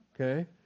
Okay